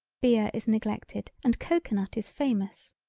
beer is neglected and cocoanut is famous.